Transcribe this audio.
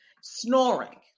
snoring